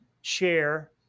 share